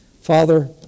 Father